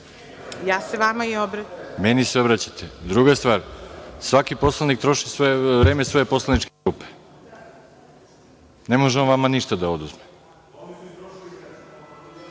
Milićević** Meni se obraćajte. Druga stvar svaki poslanik troši svoje vreme svoje poslaničke grupe. Ne može on vama ništa da oduzme. Da